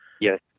Yes